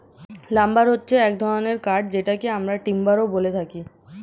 lumber হচ্ছে এক ধরনের কাঠ যেটাকে আমরা টিম্বারও বলে থাকি